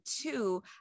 two